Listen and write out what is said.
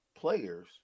players